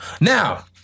Now